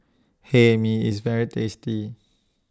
Hae Mee IS very tasty